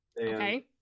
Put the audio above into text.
Okay